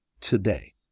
today